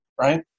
right